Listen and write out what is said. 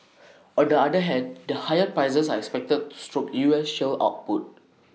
on the other hand the higher prices are expected stoke U S shale output